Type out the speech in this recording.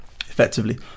effectively